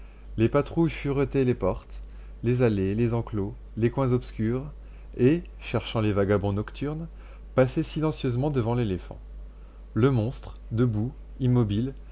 les patrouilles furetaient les portes les allées les enclos les coins obscurs et cherchant les vagabonds nocturnes passaient silencieusement devant l'éléphant le monstre debout immobile